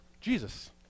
Jesus